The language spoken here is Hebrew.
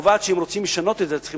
וקובעת שאם רוצים לשנות את זה צריכים